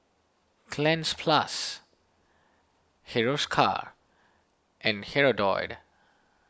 Cleanz Plus Hiruscar and Hirudoid